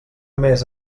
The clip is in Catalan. més